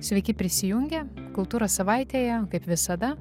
sveiki prisijungę kultūros savaitėje kaip visada